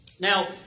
Now